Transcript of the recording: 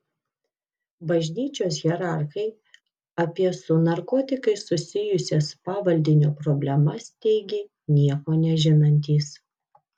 bažnyčios hierarchai apie su narkotikais susijusias pavaldinio problemas teigė nieko nežinantys